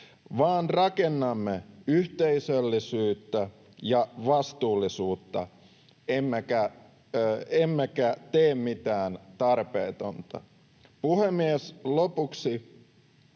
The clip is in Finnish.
vaan rakennamme yhteisöllisyyttä ja vastuullisuutta emmekä tee mitään tarpeetonta. Puhemies! Lopuksi: